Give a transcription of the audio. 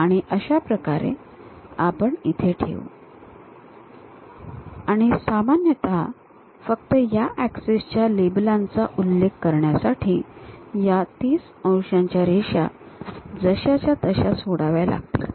आणि अशा प्रकारे आपण इथे ठेवू आणि सामान्यत फक्त या ऍक्सिस च्या लेबलांचा उल्लेख करण्यासाठीया 30 अंशांच्या रेषा जशाच्या तश्या सोडाव्या लागतील